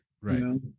right